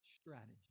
strategy